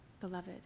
beloved